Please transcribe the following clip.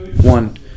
One